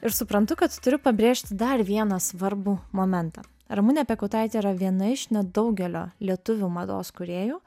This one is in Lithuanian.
ir suprantu kad turiu pabrėžti dar vieną svarbų momentą ramunė piekautaitė yra viena iš nedaugelio lietuvių mados kūrėjų